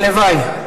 הלוואי.